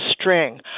string